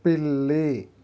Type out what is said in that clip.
పిల్లి